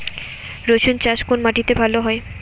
রুসুন চাষ কোন মাটিতে ভালো হয়?